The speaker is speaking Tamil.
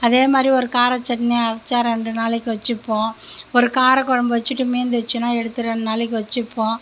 அதே மாதிரி ஒரு கார சட்னி அரைச்சா ரெண்டு நாளைக்கு வச்சுப்போம் ஒரு காரக் குழம்பு வச்சுட்டு மீந்துடுச்சுனா எடுத்து ரெண்டு நாளைக்கு வச்சுப்போம்